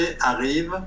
arrive